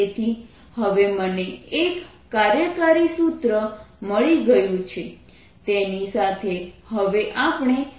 તેથી હવે મને એક કાર્યકારી સૂત્ર મળી ગયું છે તેની સાથે હવે આપણે કાર્ય કરવાનું શરૂ કરીએ